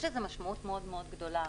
יש לזה משמעות מאוד גדולה.